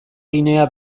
ginea